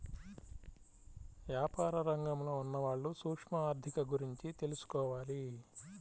యాపార రంగంలో ఉన్నవాళ్ళు సూక్ష్మ ఆర్ధిక గురించి తెలుసుకోవాలి